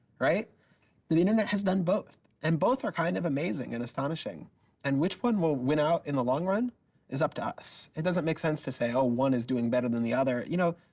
the the internet has done both and both are kind of amazing and astonishing and which one will win out in the long run is up to us. it doesn't make sense to say oh one is doing better than the other you know,